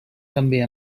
també